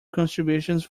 contributions